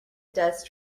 dust